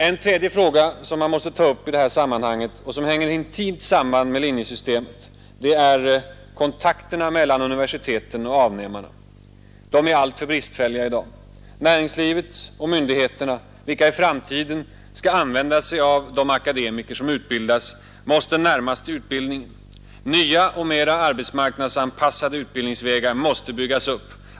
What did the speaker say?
En tredje fråga, som man måste ta upp i detta sammanhang och som hänger intimt samman med linjesystemet, är kontakterna mellan universiteten och avnämarna, De är alltför bristfälliga i dag. Näringslivet och myndigheterna, som i framtiden skall använda sig av de akademiker som utbildas, måste närmas till utbildningen. Nya och mera arbetsmarknadsanpassade utbildningsvägar måste byggas upp.